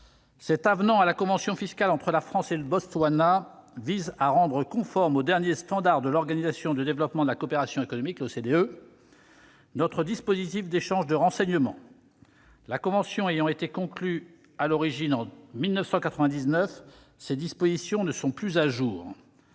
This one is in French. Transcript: Cet avenant à la convention fiscale entre la France et le Botswana vise à rendre conforme aux derniers standards de l'Organisation de coopération et de développement économiques, l'OCDE, notre dispositif d'échange de renseignements. La convention ayant été conclue en 1999, ses dispositions ne sont plus « à jour